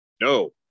no